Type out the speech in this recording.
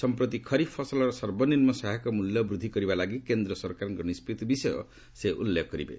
ସମ୍ପତି ଖରିଫ୍ ଫସଲର ସର୍ବନିମ୍ନ ସହାୟକ ମୂଲ୍ୟ ବୃଦ୍ଧି କରିବା ଲାଗି କେନ୍ଦ୍ର ସରକାରଙ୍କ ନିଷ୍ପଭି ବିଷୟ ସେ ଉଲ୍ଲେଖ କରିବେ